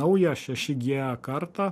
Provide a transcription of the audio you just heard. naują šeši gie kartą